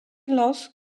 loss